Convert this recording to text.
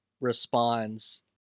responds